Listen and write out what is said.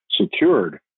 secured